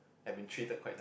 have been treated quite